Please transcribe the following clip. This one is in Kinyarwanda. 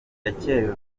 yakererewe